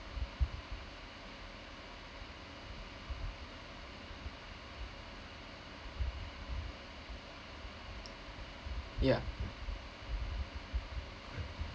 yeah